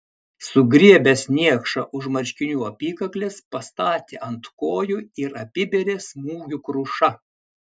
sugriebęs niekšą už marškinių apykaklės pastatė ant kojų ir apibėrė smūgių kruša